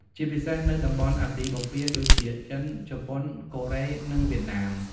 ជាពិសេសនៅតំបន់អាស៊ីបូព៌ាដូចជា ចិន ជប៉ុន កូរ៉េ និងវៀតណាម។